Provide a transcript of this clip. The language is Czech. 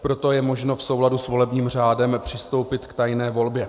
Proto je možno v souladu s volebním řádem přistoupit k tajné volbě.